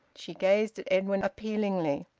she gazed at edwin appealingly.